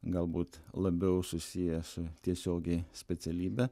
galbūt labiau susiję su tiesiogiai specialybe